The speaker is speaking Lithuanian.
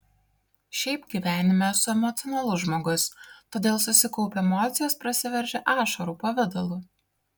šiaip gyvenime esu emocionalus žmogus todėl susikaupę emocijos prasiveržia ašarų pavidalu